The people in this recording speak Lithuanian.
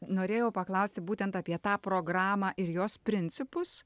norėjau paklausti būtent apie tą programą ir jos principus